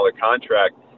contract